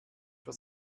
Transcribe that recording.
für